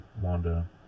Wanda